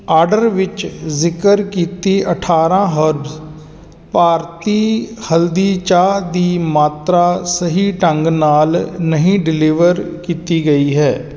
order ਵਿੱਚ ਜ਼ਿਕਰ ਕੀਤੀ ਅਠਾਰ੍ਹਾਂ ਹਰਬਜ਼ ਭਾਰਤੀ ਹਲਦੀ ਚਾਹ ਦੀ ਮਾਤਰਾ ਸਹੀ ਢੰਗ ਨਾਲ ਨਹੀਂ ਡਿਲੀਵਰ ਕੀਤੀ ਗਈ ਹੈ